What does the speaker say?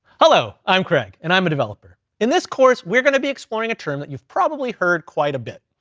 hello, i'm craig, and i'm a developer. in this course we're gonna be exploring a term that you've probably heard quite a bit.